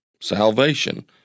salvation